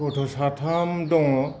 गथ' साथाम दङ